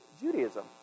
Judaism